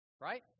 right